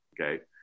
okay